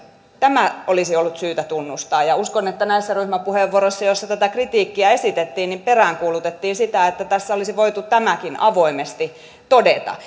tämä olisi ollut syytä tunnustaa uskon että näissä ryhmäpuheenvuoroissa joissa tätä kritiikkiä esitettiin peräänkuulutettiin sitä että tässä olisi voitu tämäkin avoimesti todeta